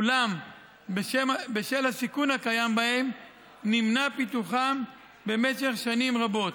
אולם בשל הסיכון הקיים בהם נמנע פיתוחם במשך שנים רבות.